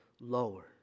lower